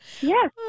Yes